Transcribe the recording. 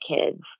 kids